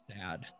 sad